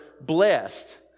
blessed